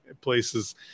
places